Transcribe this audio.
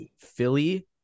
Philly